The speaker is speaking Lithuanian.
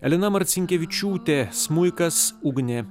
elena marcinkevičiūtė smuikas ugnė